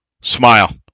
smile